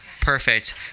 Perfect